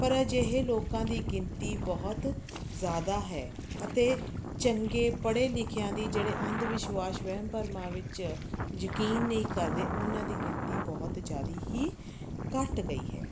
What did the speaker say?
ਪਰ ਅਜਿਹੇ ਲੋਕਾਂ ਦੀ ਗਿਣਤੀ ਬਹੁਤ ਜ਼ਿਆਦਾ ਹੈ ਅਤੇ ਚੰਗੇ ਪੜ੍ਹੇ ਲਿਖਿਆਂ ਦੀ ਜਿਹੜੇ ਅੰਧ ਵਿਸ਼ਵਾਸ ਵਹਿਮ ਭਰਮਾਂ ਵਿੱਚ ਯਕੀਨ ਨਹੀਂ ਕਰਦੇ ਉਹਨਾਂ ਦੀ ਗਿਣਤੀ ਬਹੁਤ ਜ਼ਿਆਦਾ ਹੀ ਘੱਟ ਗਈ ਹੈ